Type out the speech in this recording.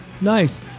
Nice